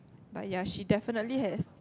but ya she definitely has